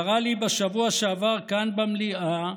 קרא לי בשבוע שעבר כאן, במליאה: